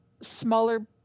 smaller